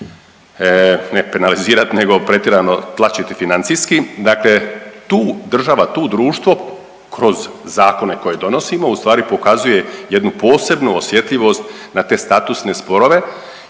ne penalizirat, nego pretjerano tlačiti financijski. Dakle, tu država, tu društvo kroz zakone koje donosimo ustvari pokazuje jednu posebnu osjetljivost na te statusne sporove